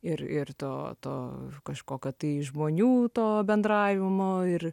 ir ir to to kažko kad tai žmonių to bendravimo ir